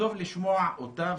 טוב לשמוע אותה.